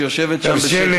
שיושבת שם בשקט,